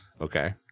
okay